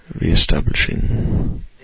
re-establishing